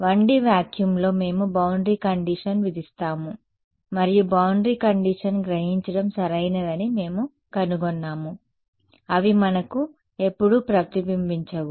1D వాక్యూమ్లో మేము boundary condition విధిస్తాము మరియు బౌండరీ కండిషన్ గ్రహించడం సరైనదని మేము కనుగొన్నాము అవి మనకు ఎప్పుడూ ప్రతిబింబించవు